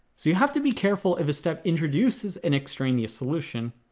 so you have to be careful if a step introduces an extraneous solution,